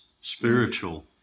spiritual